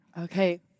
Okay